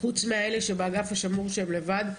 חוץ מאלה שבאגף השמור שהם לבד,